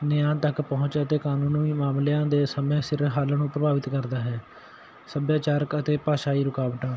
ਨਿਆਂ ਤੱਕ ਪਹੁੰਚ ਅਤੇ ਕਾਨੂੰਨੀ ਮਾਮਲਿਆਂ ਦੇ ਸਮੇਂ ਸਿਰ ਹੱਲ ਨੂੰ ਪ੍ਰਭਾਵਿਤ ਕਰਦਾ ਹੈ ਸੱਭਿਆਚਾਰਕ ਅਤੇ ਭਾਸ਼ਾਈ ਰੁਕਾਵਟਾਂ